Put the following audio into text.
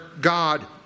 God